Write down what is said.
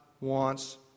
wants